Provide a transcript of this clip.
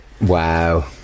Wow